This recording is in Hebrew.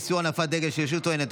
איסור הנפת דגל של רשות עוינת),